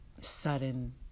sudden